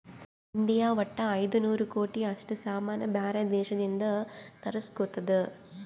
India ವಟ್ಟ ಐಯ್ದ ನೂರ್ ಕೋಟಿ ಅಷ್ಟ ಸಾಮಾನ್ ಬ್ಯಾರೆ ದೇಶದಿಂದ್ ತರುಸ್ಗೊತ್ತುದ್